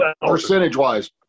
percentage-wise